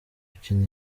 gukina